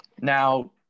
Now